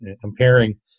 comparing